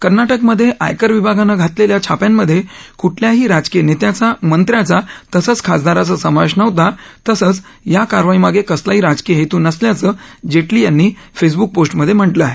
कर्नाटकमधे आयकर विभागानं घातलेल्या छाप्यांमध्ये कुठल्याही राजकीय नेत्याचा मंत्र्याचा तसंच खासदाराचा समावेश नव्हता तसंच या कारवाई मागे कसलाही राजकीय हेतु नसल्याचं जेटली यांनी फेसबुक पोस्टमध्ये म्हटलं आहे